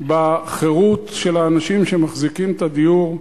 בחירות של האנשים שמחזיקים את הדירות,